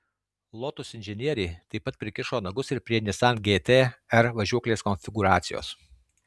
lotus inžinieriai taip pat prikišo nagus ir prie nissan gt r važiuoklės konfigūracijos